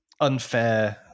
Unfair